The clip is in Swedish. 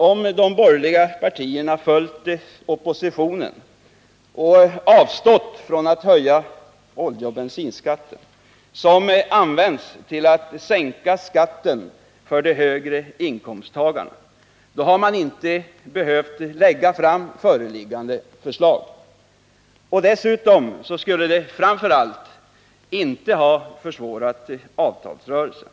Om de borgerliga partierna hade följt oppositionens förslag och avstått från att höja bensinskatten — en höjning som nu används till att — Stöd till glesbygsänka skatten för de högre inkomsttagarna — hade föreliggande förslag inte — den för vissa enerbehövt läggas fram, och de skulle framför allt inte ha försvårat avtalsrörelsen.